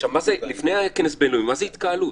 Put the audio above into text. עכשיו, לפני כנס בין-לאומי, מה זה התקהלות?